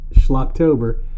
Schlocktober